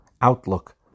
outlook